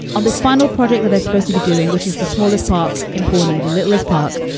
on this final project that they're supposed to be doing, which is the smallest park in pawnee, the littlest park,